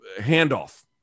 handoff